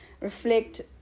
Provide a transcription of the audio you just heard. reflect